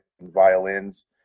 violins